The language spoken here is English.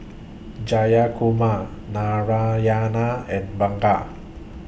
Jayakumar Narayana and Ranga